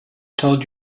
told